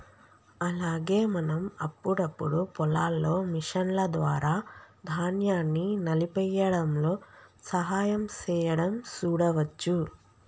అలాగే మనం అప్పుడప్పుడు పొలాల్లో మిషన్ల ద్వారా ధాన్యాన్ని నలిపేయ్యడంలో సహాయం సేయడం సూడవచ్చు